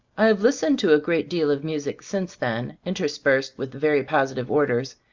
i have listened to a great deal of music since then, interspersed with very positive orders,